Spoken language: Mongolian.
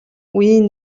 үеийн